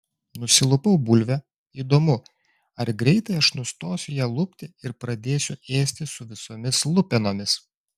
nusilupau bulvę įdomu ar greitai aš nustosiu ją lupti ir pradėsiu ėsti su visomis lupenomis